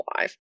life